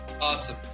awesome